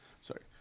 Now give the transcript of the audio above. Sorry